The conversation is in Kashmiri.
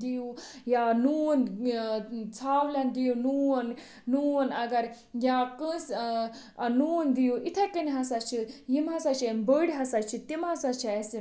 دِیِو یا نوٗن ژھاولٮ۪ن دِیِو نوٗن نوٗن اَگر یا کٲنٛسہِ آ نوٗن دِیِو یِتھٕے کَنۍ ہَسا چھِ یِم ہَسا چھِ یِم بٔڈۍ ہَسا چھِ تِم ہَسا چھِ اَسہِ